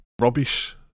rubbish